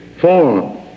form